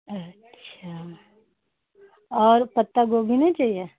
अच्छा और पत्ता गोभी नहीं चाहिए